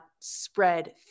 spread